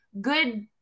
Good